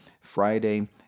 Friday